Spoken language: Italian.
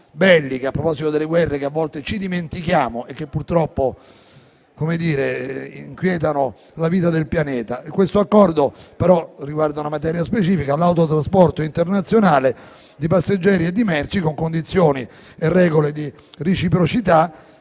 questo a proposito delle guerre che a volte ci dimentichiamo e che, purtroppo, inquietano la vita del pianeta. Tale Accordo riguarda una materia specifica: l'autotrasporto internazionale di passeggeri e di merci con condizioni e regole di reciprocità